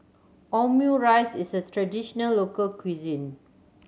omurice is a traditional local cuisine